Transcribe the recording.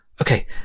okay